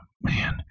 man